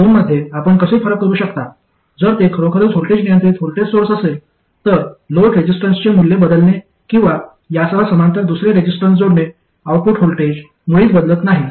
त्या दोन मध्ये आपण कसे फरक करू शकता जर ते खरोखरच व्होल्टेज नियंत्रित व्होल्टेज सोर्स असेल तर लोड रेसिस्टन्सचे मूल्य बदलणे किंवा यासह समांतर दुसरे रेसिस्टन्स जोडणे आउटपुट व्होल्टेज मुळीच बदलत नाही